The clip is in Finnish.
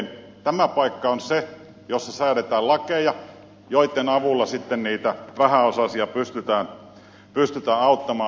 tämä paikka on se jossa säädetään lakeja joitten avulla sitten niitä vähäosaisia pystytään auttamaan